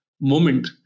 moment